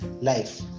life